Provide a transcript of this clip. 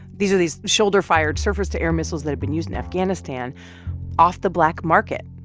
these are these shoulder-fired, surface-to-air missiles that have been used in afghanistan off the black market.